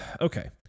okay